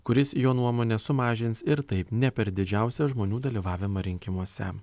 kuris jo nuomone sumažins ir taip ne per didžiausią žmonių dalyvavimą rinkimuose